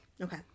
Okay